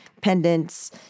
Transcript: pendants